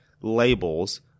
labels